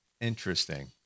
interesting